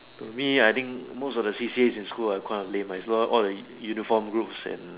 to me I think most of the C_C_A in school are quite of lame is lot of all the uniform groups and